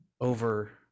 over